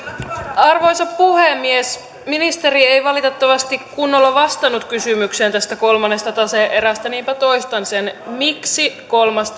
arvoisa puhemies ministeri ei valitettavasti kunnolla vastannut kysymykseen tästä kolmannesta tase erästä niinpä toistan sen miksi kolmas